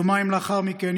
יומיים לאחר מכן,